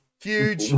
Huge